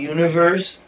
Universe